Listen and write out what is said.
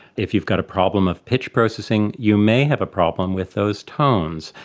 if you've got a problem of pitch processing you may have a problem with those tones.